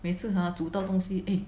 每次她煮东西 eh